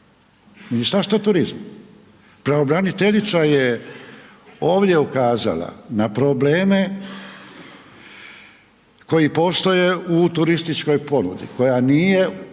Ministarstvo turizma, pravobraniteljica je ovdje ukazala na probleme koji postoje u turističkoj ponudi koja nije obogaćena